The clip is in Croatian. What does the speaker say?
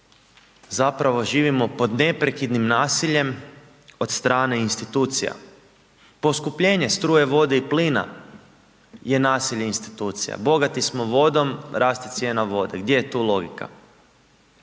zapravo živimo pod neprekidnim nasiljem od strane institucija. Poskupljenje struje, vode i plina je nasilje institucija. Bogati smo vodom, raste cijena vode. Gdje je tu logika?